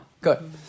Good